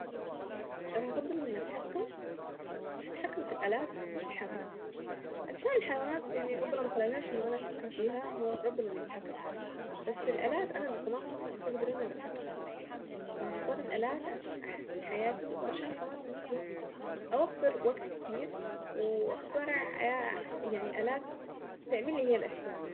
انا هفضل اني اتحكم هاتحكم في الالات مش الحيوانات. عشان الحيوانات يعني ربنا ما خلقناش انه انا اتحكم فيها هو ربنا اللي بيتحكم فيها بس الالات انا اللي صنعتها فاقدر انا اللي اتحكم فيها فهختار الالات عشان احسن حياتي وعشان كمان في نفس الوقت اوفر وقت كتير واخترع يعني الات تعمل لي هي الاشياء.